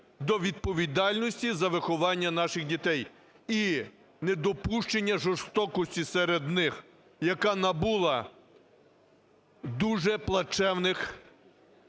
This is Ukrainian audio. до відповідальності за виховання наших дітей і недопущення жорстокості серед них, яка набула дуже плачевних випадків